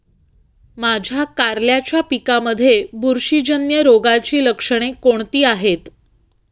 माझ्या कारल्याच्या पिकामध्ये बुरशीजन्य रोगाची लक्षणे कोणती आहेत?